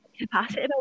capacity